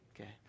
Okay